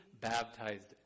baptized